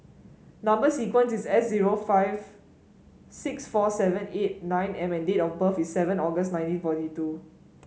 number sequence is S zero five six four seven eight nine M and date of birth is seven August nineteen twenty four